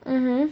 mmhmm